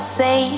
say